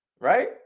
Right